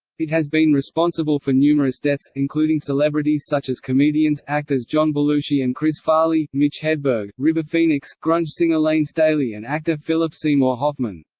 it has been responsible for numerous deaths, including celebrities such as comedians actors john belushi and chris farley, mitch hedberg, river phoenix, grunge singer layne staley and actor philip seymour hoffman.